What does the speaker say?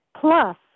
plus